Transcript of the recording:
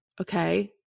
Okay